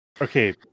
Okay